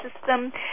system